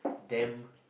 damn